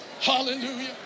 Hallelujah